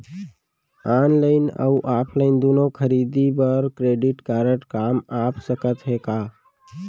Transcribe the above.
Online अऊ offline दूनो खरीदी बर क्रेडिट कारड काम आप सकत हे का?